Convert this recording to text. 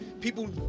People